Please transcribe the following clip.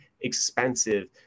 expensive